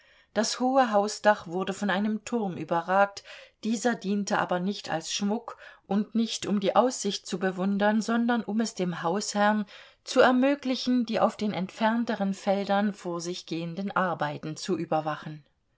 das hohe hausdach wurde von einem turm überragt dieser diente aber nicht als schmuck und nicht um die aussicht zu bewundern sondern um es dem hausherrn zu ermöglichen die auf den entfernteren feldern vor sich gehenden arbeiten zu überwachen